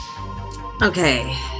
Okay